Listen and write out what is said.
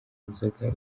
inzoga